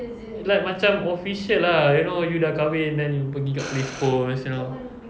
like macam official lah you know you dah kahwin then you pergi dekat police post you know